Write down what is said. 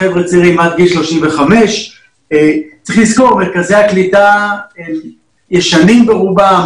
חבר'ה צעירים עד גיל 35. מרכזי הקליטה הם ישנים ברובם,